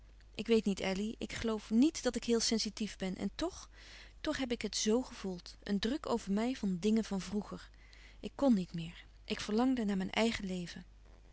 ik weet niet elly ik geloof nièt dat ik heel sensitief ben en tch toch heb ik het zo gevoeld een druk over mij van dingen van vroeger ik kon niet meer ik verlangde naar mijn eigen leven